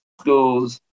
schools